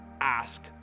ask